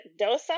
Dosa